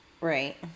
Right